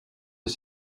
les